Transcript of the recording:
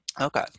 Okay